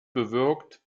bewirkt